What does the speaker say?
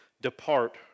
depart